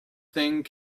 thing